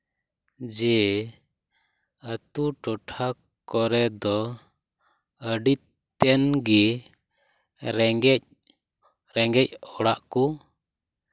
ᱡᱮ ᱟᱹᱛᱩ ᱴᱚᱴᱷᱟ ᱠᱚᱨᱮᱫᱚ ᱟᱹᱰᱤ ᱛᱮᱫᱜᱮ ᱨᱮᱸᱜᱮᱡᱼᱨᱮᱸᱜᱮᱡ ᱚᱲᱟᱜ ᱠᱚ